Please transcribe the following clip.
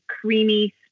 creamy